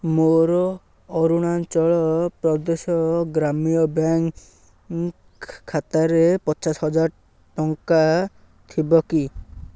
ମୋର ଅରୁଣାଚଳ ପ୍ରଦେଶ ଗ୍ରାମୀଣ ବ୍ୟାଙ୍କ୍ ଖାତାରେ ପଚାଶ ହଜାର ଟଙ୍କା ଥିବ କି